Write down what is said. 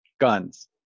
Guns